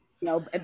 No